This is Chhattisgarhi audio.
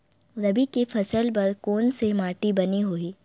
रबी के फसल बर कोन से माटी बने होही?